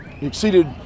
exceeded